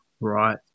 right